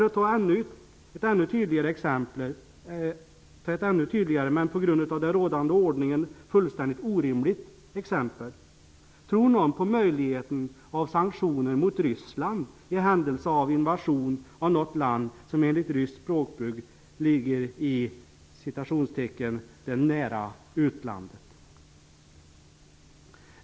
Det finns ett ännu tydligare men på grund av den rådande ordningen fullständigt orimligt exempel: Tror någon på möjligheten av sanktioner mot Ryssland i händelse av att Ryssland genomför en invasion av något land som enligt ryskt språkbruk ligger i ''det nära utlandet''?